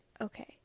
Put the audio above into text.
Okay